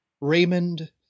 Raymond